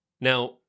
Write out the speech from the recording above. now